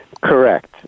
Correct